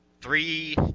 three